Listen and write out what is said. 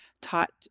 taught